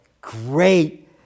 Great